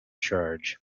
charge